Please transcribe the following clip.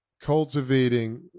cultivating